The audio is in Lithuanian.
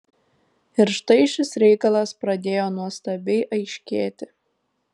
ir štai šis reikalas pradėjo nuostabiai aiškėti